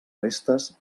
restes